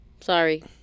Sorry